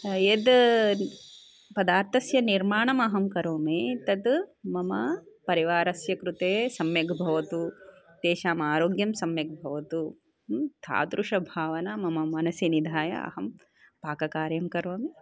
यद् पदार्थस्य निर्माणम् अहं करोमि तत् मम परिवारस्य कृते सम्यक् भवतु तेषाम् आरोग्यं सम्यक् भवतु तादृशी भावना मम मनसि निधाय अहं पाककार्यं करोमि